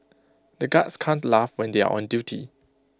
the guards can't laugh when they are on duty